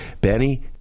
Benny